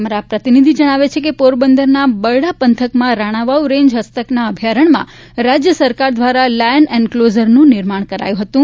અમારા પ્રતિનિધિ જજ્ઞાવે છે કે પોરબંદરના બરડા પંથકમાં રાજ્ઞાવાવ રેન્જ હસ્તકના અભ્યારણ્યમાં રાજ્ય સરકાર દ્વારા બાયન એન્કલોઝરનું નિર્માણ કરાયું હતું